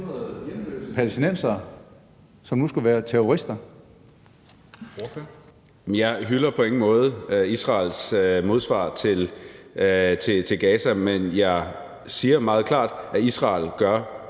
Jeg hylder på ingen måde Israels modsvar til Gaza, men jeg siger meget klart, at Israel gør,